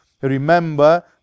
remember